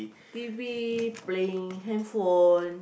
T_V playing handphone